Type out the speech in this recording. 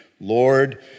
Lord